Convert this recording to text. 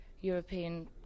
European